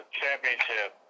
championship